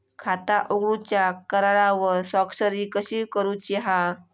खाता उघडूच्या करारावर स्वाक्षरी कशी करूची हा?